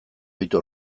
ditu